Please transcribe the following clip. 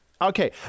Okay